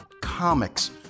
comics